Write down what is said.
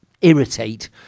irritate